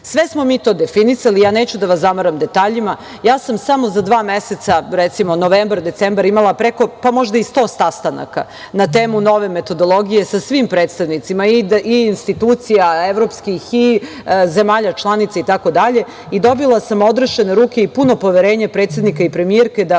smo mi to definisali, ja neću da vas zamaram detaljima, ja sam samo za dva meseca, recimo novembar, decembar, imala preko pa možda i 100 sastanaka na temu nove metodologije sa svim predstavnicima i institucija evropskih, i zemalja članica, itd. Dobila sam odrešene ruke i puno poverenje predsednika i premijerke da